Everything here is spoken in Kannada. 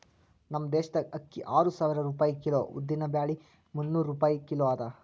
ನಮ್ ದೇಶದಾಗ್ ಅಕ್ಕಿ ಆರು ಸಾವಿರ ರೂಪಾಯಿ ಕಿಲೋ, ಉದ್ದಿನ ಬ್ಯಾಳಿ ಮುನ್ನೂರ್ ರೂಪಾಯಿ ಕಿಲೋ ಅದಾ